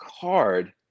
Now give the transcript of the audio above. card